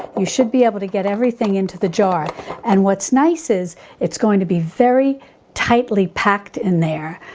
you should be able to get everything into the jar and what's nice is it's going to be very tightly packed in there,